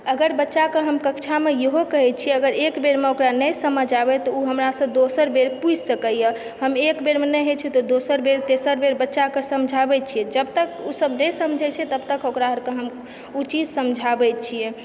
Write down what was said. अगर बच्चाके हम कक्षामे हम इहो कहय छी अगर एक बेरमे ओकरा नहि समझ आबय तऽ ओ हमरासँ दोसर बेर पूछि सकयए हम एक बेरमे नहि होइत छै तऽ दोसर बेर तेसर बेर बच्चाके समझाबय छी जब तक ओसभ नहि समझय छै तब तक ओकरा आरके हम ओ चीज समझाबय छियै